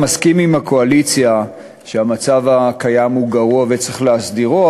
מסכים עם הקואליציה שהמצב הקיים גרוע ושצריך להסדירו,